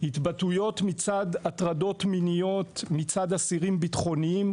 התבטאויות על הטרדות מיניות מצד אסירים ביטחוניים.